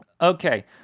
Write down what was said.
Okay